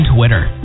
Twitter